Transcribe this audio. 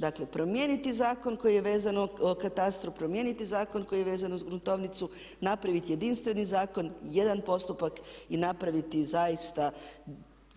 Dakle, promijeniti zakon koji je vezan o katastru, promijeniti zakon koji je vezan uz gruntovnicu, napraviti jedinstveni zakon, jedan postupak i napraviti zaista